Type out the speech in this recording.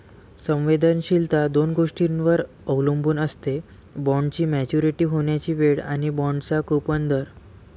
संवेदनशीलता दोन गोष्टींवर अवलंबून असते, बॉण्डची मॅच्युरिटी होण्याची वेळ आणि बाँडचा कूपन दर